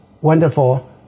wonderful